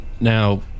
Now